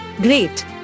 Great